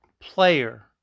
player